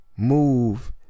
move